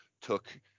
took